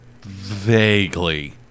Vaguely